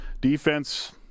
Defense